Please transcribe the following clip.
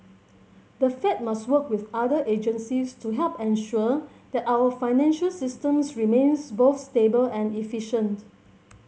the Fed must work with other agencies to help ensure that our financial systems remains both stable and efficient